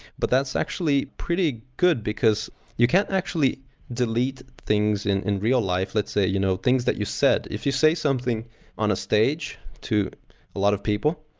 but that's actually pretty good because you can't actually delete things in real life. let's say, you know things that you. if you say something on a stage to a lot of people,